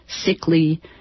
sickly